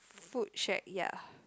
food shack ya